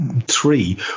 three